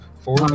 Four